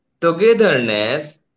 togetherness